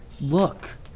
Look